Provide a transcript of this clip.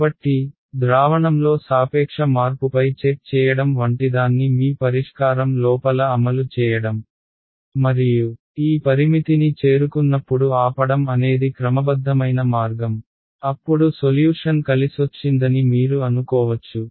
కాబట్టి ద్రావణంలో సాపేక్ష మార్పుపై చెక్ చేయడం వంటిదాన్ని మీ పరిష్కారం లోపల అమలు చేయడం మరియు ఈ పరిమితిని చేరుకున్నప్పుడు ఆపడం అనేది క్రమబద్ధమైన మార్గం అప్పుడు సొల్యూషన్ కలిసొచ్చిందని మీరు అనుకోవచ్చు